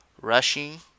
rushing